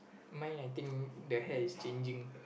my I think the hair is changing